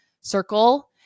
circle